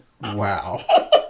wow